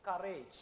courage